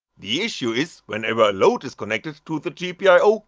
the issue is whenever a load is connected to the gpio,